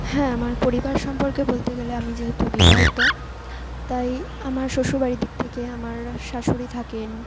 হ্যাঁ আমার পরিবার সম্পর্কে বলতে গেলে আমি যেহেতু বিবাহিত তাই আমার শ্বশুর বাড়ির দিক থেকে আমার শাশুড়ি থাকেন